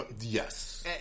Yes